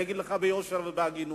אני אגיד לך ביושר ובהגינות: